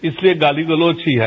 इसलिए गाली गलौच ही है